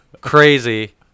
crazy